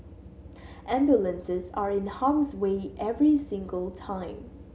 ambulances are in harm's way every single time